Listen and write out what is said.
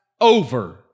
over